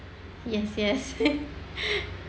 yes yes